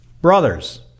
...Brothers